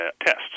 tests